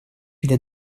для